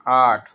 आठ